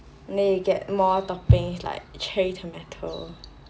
then you get more toppings like cherry tomato